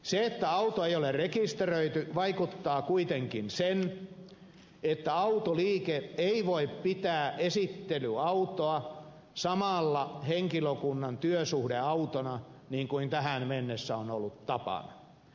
se että auto ei ole rekisteröity vaikuttaa kuitenkin siten että autoliike ei voi pitää esittelyautoa samalla henkilökunnan työsuhdeautona niin kuin tähän mennessä on ollut tapana